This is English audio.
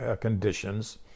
conditions